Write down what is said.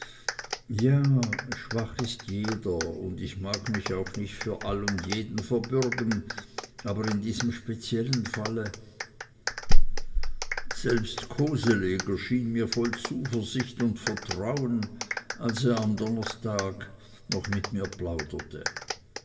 ja schwach ist jeder und ich mag mich auch nicht für all und jeden verbürgen aber in diesem speziellen falle selbst koseleger schien mir voll zuversicht und vertrauen als er am donnerstag noch mit mir plauderte